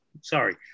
sorry